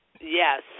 Yes